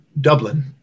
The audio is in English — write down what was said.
Dublin